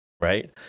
right